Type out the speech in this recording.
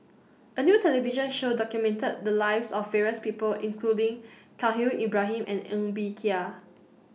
A New television Show documented The Lives of various People including Khalil Ibrahim and Ng Bee Kia